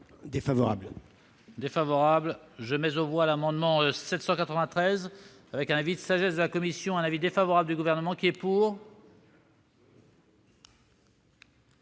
Défavorable.